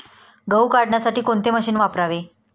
गहू काढण्यासाठी कोणते मशीन वापरावे?